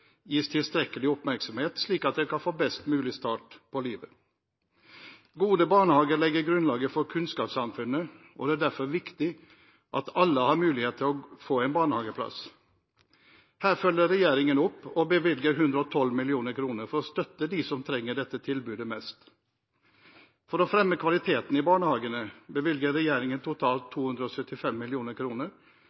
gis tilstrekkelig oppmerksomhet, slik at de kan få en best mulig start på livet. Gode barnehager legger grunnlaget for kunnskapssamfunnet, og det er derfor viktig at alle har mulighet til å få en barnehageplass. Her følger regjeringen opp og bevilger 112 mill. kr for å støtte dem som trenger dette tilbudet mest. For å fremme kvaliteten i barnehagene bevilger regjeringen totalt 275